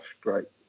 great